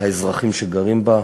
האזרחים שגרים בה,